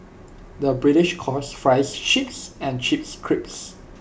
the British calls Fries Chips and Chips Crisps